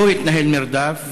לא התנהל מרדף,